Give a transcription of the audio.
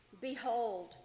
behold